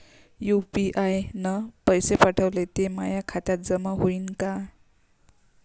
UPI न पैसे पाठवले, ते माया खात्यात जमा होईन का?